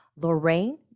Lorraine